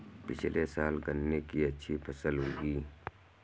पिछले साल गन्ने की अच्छी फसल उगी